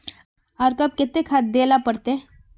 आर कब केते खाद दे ला पड़तऐ?